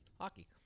Hockey